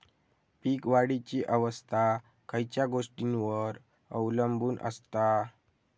पीक वाढीची अवस्था खयच्या गोष्टींवर अवलंबून असता?